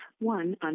one